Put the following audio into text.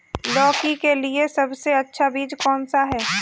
लौकी के लिए सबसे अच्छा बीज कौन सा है?